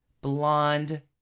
blonde